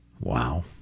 Wow